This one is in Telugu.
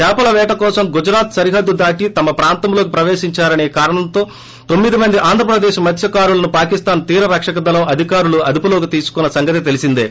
చేపల పేట కోసం గుజరాత్ సరిహద్గు దాటి తమ ప్రాంతంలోకి ప్రవేశించారనే కారణంతో తొమ్మిది మంది ఆంధ్రప్రదేశ్ మత్నకారులను పాకిస్దాన్ తీర రక్షక దళం అధికారులు అదుపులోకి తీసుకున్న సంగతి తెలిసిందే